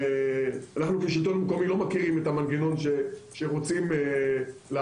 ואנחנו כשלטון מקומי לא מכירים את המנגנון לפיו רוצים להעביר